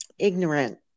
ignorant